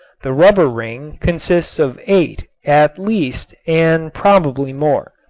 the rubber ring consists of eight at least and probably more.